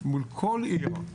מול כל עיר.